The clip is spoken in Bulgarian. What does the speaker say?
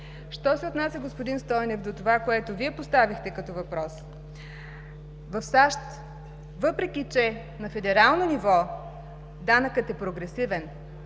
Що се отнася, господин Стойнев, до това, което Вие поставихте като въпрос: в САЩ, въпреки че на федерално ниво данъкът е прогресивен,